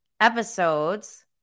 episodes